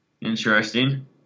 Interesting